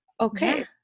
okay